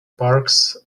parks